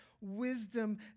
wisdom